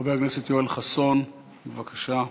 חבר הכנסת יואל חסון, בבקשה.